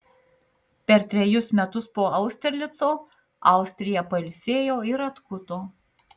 per trejus metus po austerlico austrija pailsėjo ir atkuto